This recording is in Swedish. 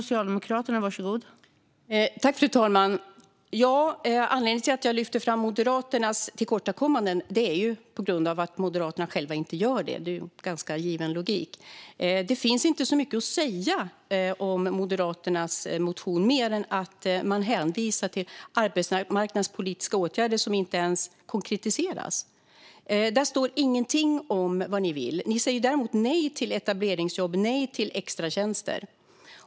Fru talman! Anledningen till att jag lyfter fram Moderaternas tillkortakommanden är att Moderaterna själva inte gör det. Det är en ganska given logik. Det finns inte så mycket att säga om Moderaternas motion, där man hänvisar till arbetsmarknadspolitiska åtgärder som inte ens konkretiseras. Där står ingenting om vad ni vill. Ni säger däremot nej till etableringsjobb och nej till extratjänster.